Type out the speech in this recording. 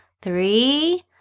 three